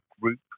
group